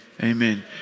Amen